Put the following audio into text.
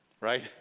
right